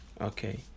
Okay